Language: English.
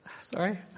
sorry